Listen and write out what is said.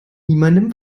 niemandem